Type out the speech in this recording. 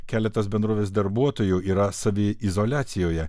keletas bendrovės darbuotojų yra saviizoliacijoje